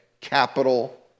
capital